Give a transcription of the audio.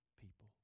people